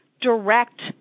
direct